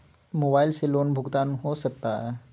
Mobile से loan भुगतान हो सकता है?